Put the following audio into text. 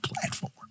platform